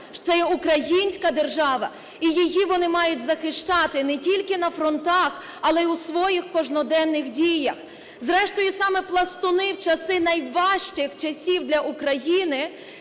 є українська держава, і її вони мають захищати не тільки на фронтах, але і у своїх кожноденних діях. Зрештою, саме пластуни в часи найважчих часів для України,